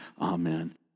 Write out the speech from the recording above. Amen